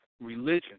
religion